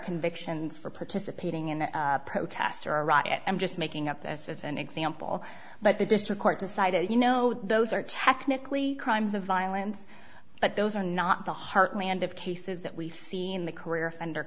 convictions for participating in the protests or a riot i'm just making up this as an example but the district court decided you know those are technically crimes of violence but those are not the heartland of cases that we've seen the career